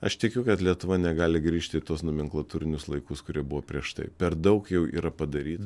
aš tikiu kad lietuva negali grįžti į tuos nomenklatūrinius laikus kurie buvo prieš tai per daug jau yra padaryta